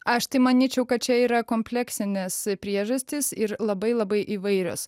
aš tai manyčiau kad čia yra kompleksinės priežastys ir labai labai įvairios